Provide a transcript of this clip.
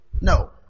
No